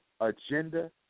agenda